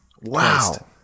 Wow